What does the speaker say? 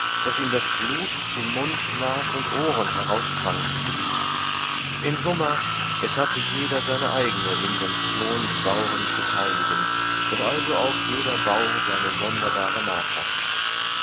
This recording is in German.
daß ihm das blut zu mund nas und ohren heraussprang in summa es hatte jeder seine eigne invention die bauren zu peinigen und also auch jeder baur seine sonderbare marter